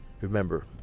Remember